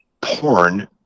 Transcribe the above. porn